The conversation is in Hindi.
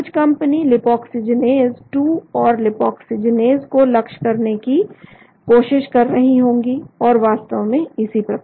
कुछ कंपनी साइक्लोऑक्सीजनएस 2 और लीपाक्सीजीनेस को लक्ष्य करने की कोशिश कर रही होंगी और वास्तव में इसी प्रकार